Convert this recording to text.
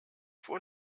vor